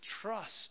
trust